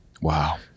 Wow